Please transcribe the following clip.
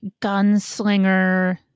gunslinger